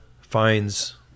finds